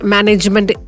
Management